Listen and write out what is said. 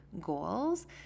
goals